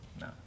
no